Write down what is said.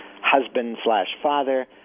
husband-slash-father